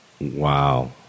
Wow